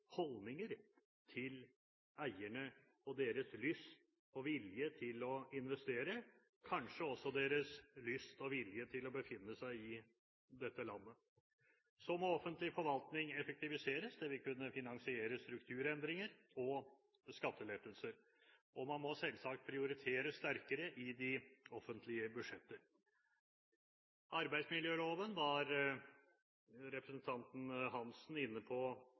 holdninger til eierne og deres lyst og vilje til å investere – kanskje også deres lyst og vilje til å befinne seg i dette landet. Så må offentlig forvaltning effektiviseres. Det vil kunne finansiere strukturendringer og skattelettelser. Man må selvsagt prioritere sterkere i de offentlige budsjetter. Arbeidsmiljøloven var representanten Hansen nylig inne på